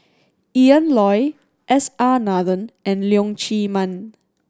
Ian Loy S R Nathan and Leong Chee Mun